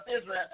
Israel